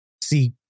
see